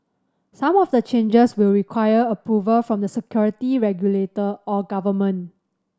some of the changes will require approval from the security regulator or government